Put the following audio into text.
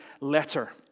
letter